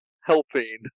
helping